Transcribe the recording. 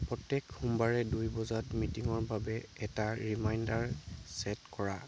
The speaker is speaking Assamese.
প্ৰত্যেক সোমবাৰে দুই বজাত মিটিঙৰ বাবে এটা ৰিমাইণ্ডাৰ ছেট কৰা